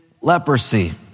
leprosy